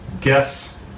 guess